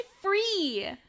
free